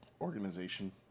organization